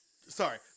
Sorry